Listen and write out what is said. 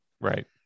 Right